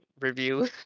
review